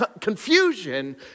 confusion